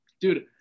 Dude